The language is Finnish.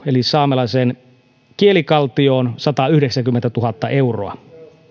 eli saamelaiseen kielikaltioon satayhdeksänkymmentätuhatta euroa